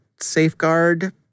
safeguard